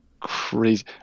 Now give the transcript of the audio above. crazy